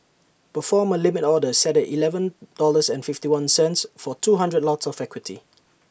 perform A limit order set at Eleven dollars and fifty one cents for two hundred lots of equity